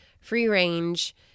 free-range